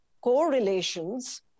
correlations